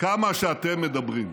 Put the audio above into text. כמה שאתם מדברים.